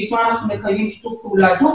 שאיתו אנחנו מקיימים שיתוף פעולה הדוק,